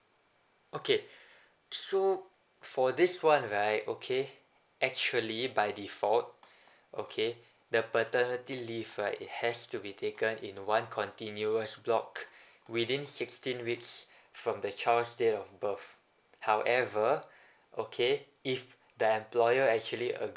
okay so for this one right okay actually by default okay the paternity leave right it has to be taken in one continuous block within sixteen weeks from the child's date of birth however okay if the employer actually